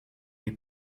est